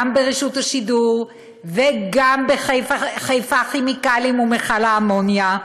גם ברשות השידור וגם ב"חיפה כימיקלים" ומכל האמוניה,